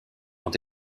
ont